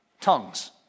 tongues